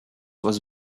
was